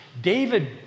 David